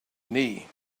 knee